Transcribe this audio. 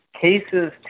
cases